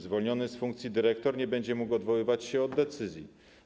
Zwolniony z funkcji dyrektor nie będzie mógł odwoływać się od decyzji.